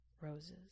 roses